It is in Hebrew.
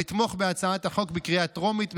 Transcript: לתמוך בהצעת החוק בקריאה טרומית,